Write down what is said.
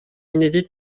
inédite